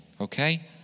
Okay